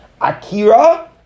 Akira